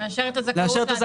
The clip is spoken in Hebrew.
לאשר את הזכאות.